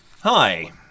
Hi